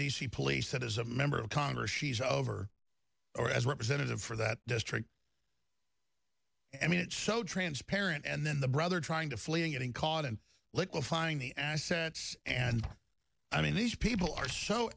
c police that as a member of congress she's over or as a representative for that district i mean it's so transparent and then the brother trying to flee and getting caught and liquefying the assets and i mean these people are so